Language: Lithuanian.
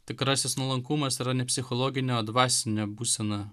tikrasis nuolankumas yra ne psichologinė o dvasinė būsena